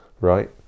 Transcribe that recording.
right